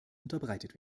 unterbreitet